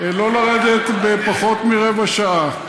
שלא לרדת בתוך פחות מרבע שעה.